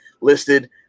listed